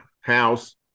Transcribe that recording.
house